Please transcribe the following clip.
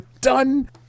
Done